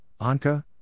Anka